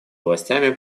властями